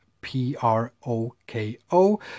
P-R-O-K-O